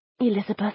Elizabeth